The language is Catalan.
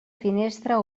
finestra